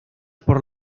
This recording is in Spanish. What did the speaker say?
por